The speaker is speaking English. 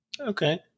Okay